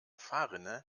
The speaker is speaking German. fahrrinne